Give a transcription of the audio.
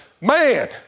Man